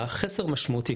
החסר המשמעותי,